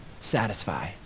satisfy